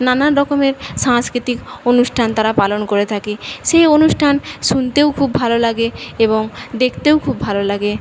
নানান রকমের সাংস্কৃতিক অনুষ্ঠান তাঁরা পালন করে থাকে সেই অনুষ্ঠান শুনতেও খুব ভালো লাগে এবং দেখতেও খুব ভালো লাগে